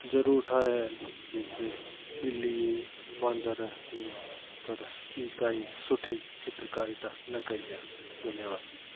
ज़रूरु ठाहिया आहिनि जेके बिली बांदर इहे उहो पर ॿी काई सुठी चित्रकारी त न कई आहे धन्यवाद